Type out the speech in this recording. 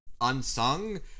unsung